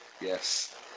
Yes